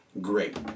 great